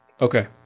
Okay